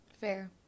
Fair